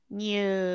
new